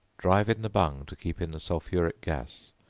drive in the bung to keep in the sulphuric gas,